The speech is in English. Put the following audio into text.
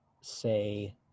say